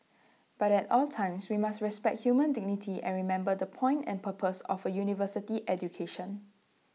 but at all times we must respect human dignity and remember the point and purpose of A university education